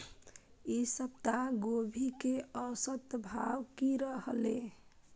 ई सप्ताह गोभी के औसत भाव की रहले?